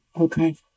okay